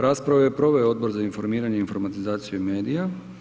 Raspravu je proveo Odbor za informiranje, informatizaciju i medije.